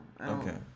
Okay